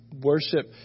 worship